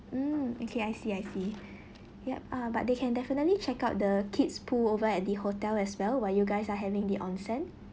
mm okay I see I see yup uh but they can definitely check out the kids pool over at the hotel as well while you guys are having the onsen